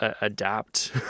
adapt